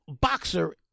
boxer